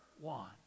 one